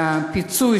הפיצוי